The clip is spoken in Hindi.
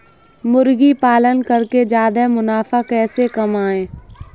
मुर्गी पालन करके ज्यादा मुनाफा कैसे कमाएँ?